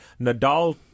Nadal